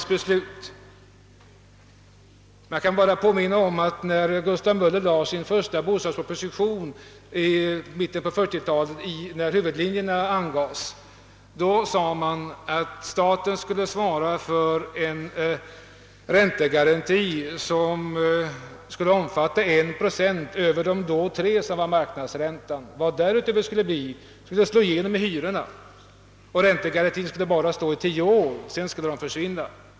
När Gustav Möller i mitten på 1940-talet framlade sin bostadsproposition, i vilken huvudlinjerna för den nuvarande bostadspolitiken drogs upp, framhölls det att staten med sin räntesubvention skulle svara för 1 procent över den dåvarande marknadsräntan på 3 procent — kapitalkostnader därutöver skulle slå igenom i hyrorna — och att räntesubventionerna skulle ges under tio år för att sedan försvinna.